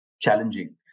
challenging